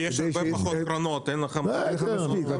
כי יש מעט קרונות ואין לך מספיק מקום.